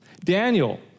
daniel